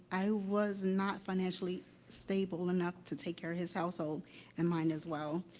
i was not financially stable enough to take care of his household and mine, as well,